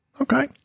okay